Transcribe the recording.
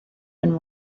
been